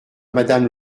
madame